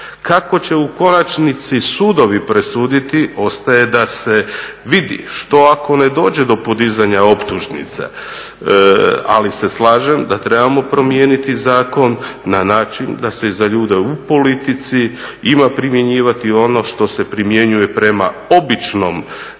Kako će u konačnici sudovi presuditi ostaje da se vidi. Što ako ne dođe do podizanja optužnica? Ali se slažem da trebamo promijeniti zakon na način da se za ljude u politici ima primjenjivati ono što se primjenjuje prema običnom građaninu,